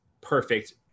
perfect